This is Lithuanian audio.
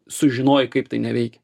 sužinojai kaip tai neveikia